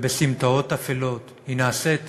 ובסמטאות אפלות, היא נעשית